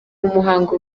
umuhango